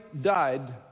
died